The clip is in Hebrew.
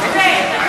את המתווה.